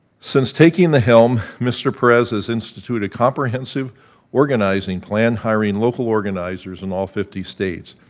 since taking the helm, mr. perez has instituted a comprehensive organizing plan, hiring local organizers in all fifty states.